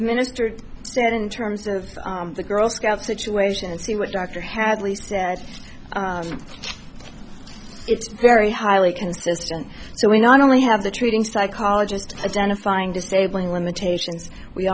minister said in terms of the girl scout situation and see what dr hadley said it's very highly consistent so we not only have the treating psychologist identifying disabling limitations we